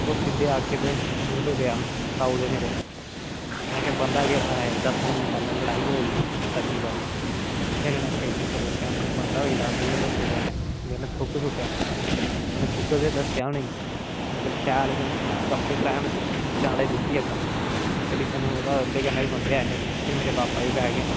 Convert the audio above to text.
ओह् सिद्धे आके मूंह ते पेआ ताऊ दे मेरे उनें आखेआ बंदा केह्डा हा ऐ दस्सो मिगी पहले लड़ाई होई गेई उत्थै गड्डी फिर स्टेशन उपर रोकेआ उनें आखेआ बंदा केह्ड़ा हा मिगी ऐ दस्सो पैहले जिन्हे थुक सुट्टेआ उनें थुक ते दस्सेआ उनेंगी मगर शैल इयां गप्पा चलेआ चांडे दी दित्ती अग्गूआं फिर सानू ओहदा ओंदे कन्ने बी बंदे ऐ हे फिर मेरे पापा बी पै गे